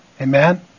Amen